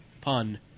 pun